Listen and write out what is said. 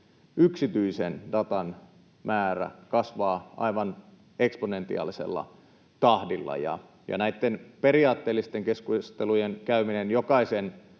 yksityisen datan määrä kasvavat aivan eksponentiaalisella tahdilla. Näitten periaatteellisten keskustelujen käyminen jokaisen